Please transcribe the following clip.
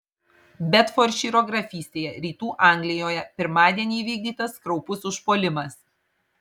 bedfordšyro grafystėje rytų anglijoje pirmadienį įvykdytas kraupus užpuolimas